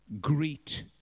greet